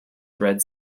thread